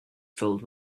filled